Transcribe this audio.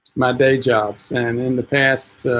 my day jobs and in the past